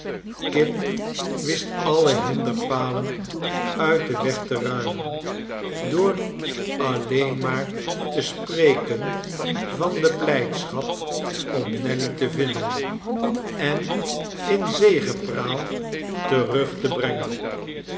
kit wist alle hinderpalen uit den weg te ruimen door alleen maar te spreken van de blijdscbap om nelly te vinden en in zegepraal terug te brengen